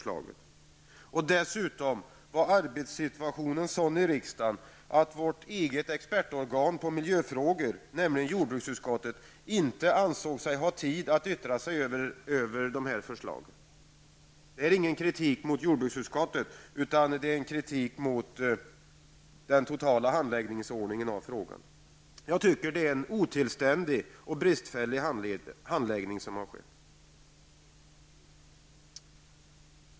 Dessutom var arbetssituationen sådan i riksdagen att vårt eget expertorgan på miljöfrågor, nämligen jordbruksutskottet, inte ansåg sig ha tid att yttra sig över förslagen. Detta är ingen kritik mot jordbruksutskottet, utan mot den totala handläggningsordningen av frågan. Jag tycker det är en otillständigt bristfällig handläggning som skett.